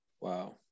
Wow